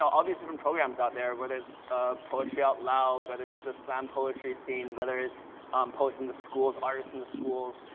all these different programs out there, whether it's poetry out loud, whether it's the slam poetry scene, whether it's um poets in the schools, artists in the schools.